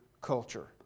culture